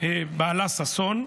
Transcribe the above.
בעלה ששון.